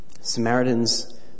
Samaritans